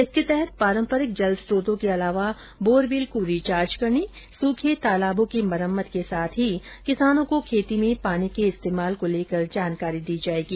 इसके तहत पारम्परिक जल स्त्रोतो के अलावा बोरवेल को रिचार्ज करने सूखे तालाबों की मरम्मत के साथ किसानों को खेती में पानी के इस्तेमाल को लेकर जानकारी दी जायेगी